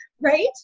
right